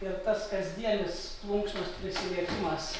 ir tas kasdienis plunksnos prisilietimas